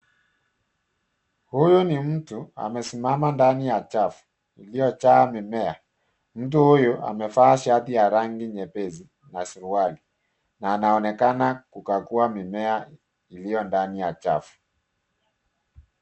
Huyo ni mtu amesimama ndani ya chafu iliyojaa mimea. Mtu huyo amevaa shati ya rangi nyepesi na suruali na anaonekana akikagua mimea iliyo dani ya chafu.